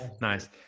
Nice